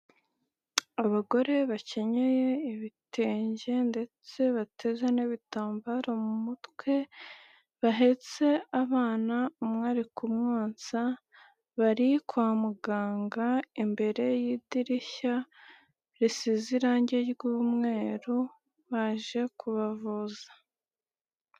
Abagore bakenyeye ibitenge ndetse bateze n'ibitambaro mu mutwe, bahetse abana umwe ari kumwonsa, bari kwa muganga imbere y'idirishya risize irangi ry'umweru baje kubavuza.